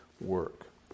work